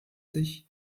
sich